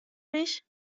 mich